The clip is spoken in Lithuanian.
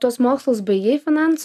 tuos mokslus baigei finansų